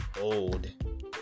old